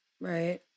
Right